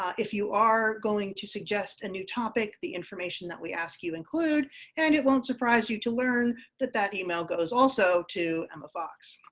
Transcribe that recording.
if you are going to suggest a new topic, the information that we ask you include and it won't surprise you to learn that that e mail goes also to emma fox.